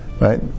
right